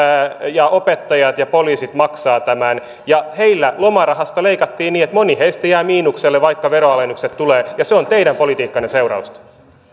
opettajat ja poliisit maksavat tämän ja heillä lomarahasta leikattiin niin että moni heistä jää miinukselle vaikka veronalennuksia tulee ja se on teidän politiikkanne seurausta